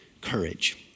courage